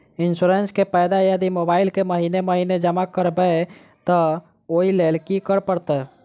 Insurance केँ पैसा यदि मोबाइल सँ महीने महीने जमा करबैई तऽ ओई लैल की करऽ परतै?